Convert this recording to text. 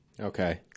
Okay